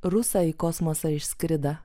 rusą į kosmosą išskrida